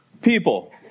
People